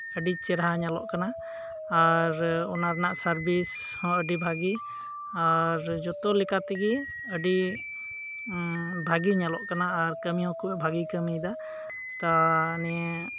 ᱟᱹᱰᱤ ᱪᱮᱨᱦᱟ ᱧᱮᱞᱚᱜ ᱠᱟᱱᱟ ᱟᱨ ᱚᱱᱟᱨᱮᱱᱟᱜ ᱥᱟᱨᱵᱤᱥ ᱦᱚᱸ ᱟᱹᱰᱤ ᱵᱷᱟᱜᱮ ᱟᱨ ᱡᱚᱛᱚ ᱞᱮᱠᱟ ᱛᱮᱜᱤ ᱟᱹᱰᱤ ᱵᱷᱟᱜᱮ ᱧᱮᱞᱚᱜ ᱠᱟᱱᱟ ᱟᱨ ᱠᱟᱹᱢᱤ ᱦᱚ ᱠᱷᱩᱵ ᱵᱷᱟᱜᱤᱭ ᱠᱟᱹᱢᱤᱭ ᱫᱟ ᱛᱟ ᱱᱤᱭᱮ